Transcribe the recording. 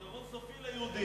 פתרון סופי ליהודים.